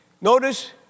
Notice